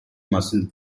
muscle